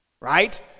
Right